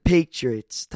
Patriots